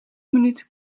minuten